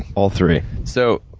all three. so,